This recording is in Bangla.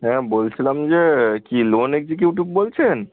হ্যাঁ বলছিলাম যে কি লোন এক্সিকিউটিভ বলছেন